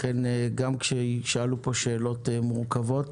לכן גם כשישאלו פה שאלות מורכבות